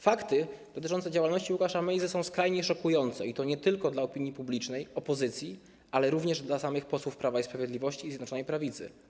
Fakty dotyczące działalności Łukasza Mejzy są skrajnie szokujące, i to nie tylko dla opinii publicznej, opozycji, ale również dla samych posłów Prawa i Sprawiedliwości i Zjednoczonej Prawicy.